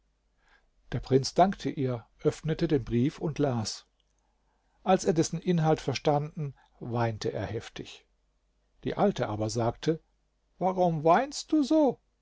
der prinz dankte ihr öffnete den brief und las als er dessen inhalt verstanden weinte er heftig die alte aber sagte warum weinst du so